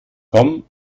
komm